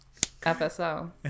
FSO